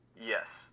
Yes